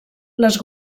les